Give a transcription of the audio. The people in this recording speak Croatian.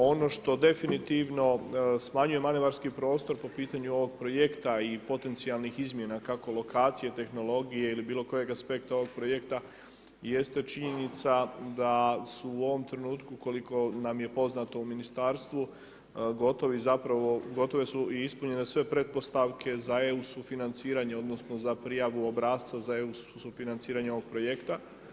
Ono što definitivno smanjuje manevarski prostor po pitanju ovog projekta i potencijalnih izmjena kako lokacije, tehnologije ili bilo kojeg aspekta ovog projekta jeste činjenica da su u ovom trenutku koliko nam je poznato u ministarstvu gotovi zapravo, gotove su i ispunjene sve pretpostavke za EU sufinanciranje, odnosno za prijavu obrasca za EU sufinanciranje ovog projekta.